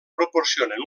proporcionen